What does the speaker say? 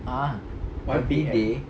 !huh! everyday